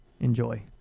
Enjoy